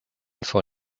for